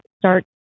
start